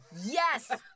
yes